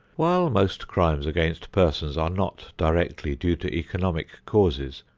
while most crimes against persons are not directly due to economic causes,